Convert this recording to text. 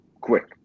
quick